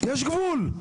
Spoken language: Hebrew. יש גבול.